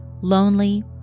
lonely